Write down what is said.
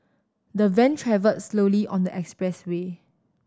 the van travelled slowly on the expressway